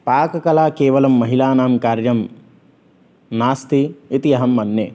पाककला केवलं महिलानां कार्यं नास्ति इति अहं मन्ये